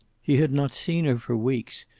he had not seen her for weeks,